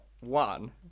one